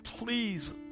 please